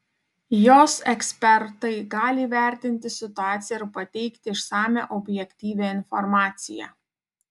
jos ekspertai gali įvertinti situaciją ir pateikti išsamią objektyvią informaciją